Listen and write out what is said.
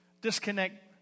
disconnect